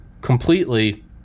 completely